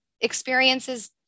experiences